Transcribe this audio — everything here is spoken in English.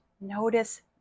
notice